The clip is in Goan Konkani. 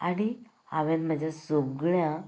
आनी हांवेन म्हाज्या सगळ्यां